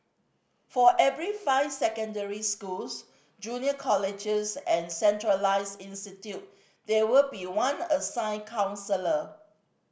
for every five secondary schools junior colleges and centralised institute there will be one assigned counsellor